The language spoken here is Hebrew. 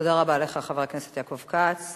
תודה רבה לך, חבר הכנסת יעקב כץ.